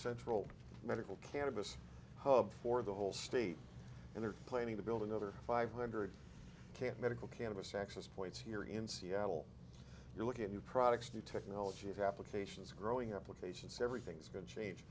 central medical cannabis hub for the whole state and they're planning to build another five hundred camp medical cannabis access points here in seattle you're looking at new products new technology of applications growing applications everything's going change